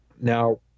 Now